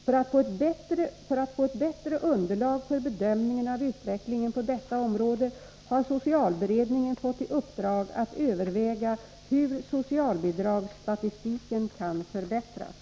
För att få ett bättre underlag för bedömningen av utvecklingen på detta område har socialberedningen fått i uppdrag att överväga hur socialbidragsstatistiken kan förbättras.